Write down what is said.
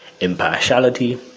Impartiality